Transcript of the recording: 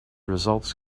results